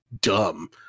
dumb